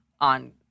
on